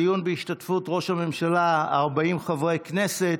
דיון בהשתתפות ראש הממשלה לפי בקשתם של 40 חברי כנסת.